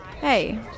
Hey